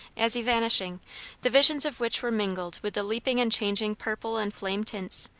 as evanishing the visions of which were mingled with the leaping and changing purple and flame tints,